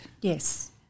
Yes